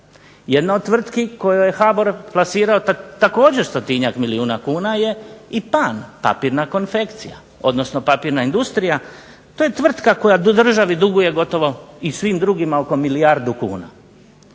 Jedna od tvrtki kojoj je HBOR plasirao također 100-njak milijuna kuna je i PAN papirna konfekcija, odnosno papirna industrija. To je tvrtka koja državi duguje gotovo, i svim drugima, oko milijardu kuna.